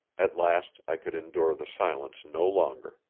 at last i could endure the silence no longer.